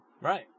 Right